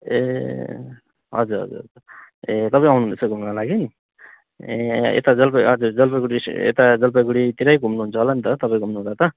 ए हजर हजर ए तपाईँ आउनुहुँदैछ घुम्न लागि ए यता जलपाइ हजुर जलपाइगुडी यता जलपाइगुडीतिरै घुम्नुहुन्छ होला नि त तपाईँको घुम्नुहुँदा त